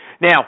Now